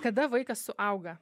kada vaikas suauga